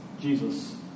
Jesus